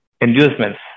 inducements